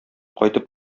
кайтып